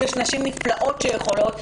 יש נשים נפלאות שיכולות לבצע.